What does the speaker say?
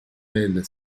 elle